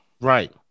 Right